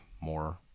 more